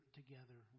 together